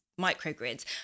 microgrids